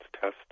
test